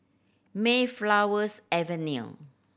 Mayflower's Avenue